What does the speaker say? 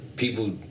People